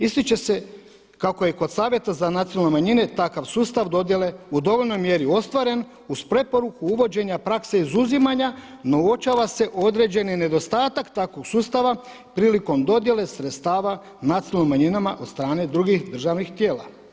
Ističe se kako je kod Savjeta za nacionalne manjine takav sustav dodjele u dovoljnoj mjeri ostvaren uz preporuku uvođenja prakse izuzimanja no uopćava se određeni nedostatak takvog sustava prilikom dodjele sredstava nacionalnim manjinama od strane drugih državnih tijela.